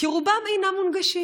כי רובם אינם מונגשים,